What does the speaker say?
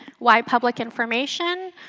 why public information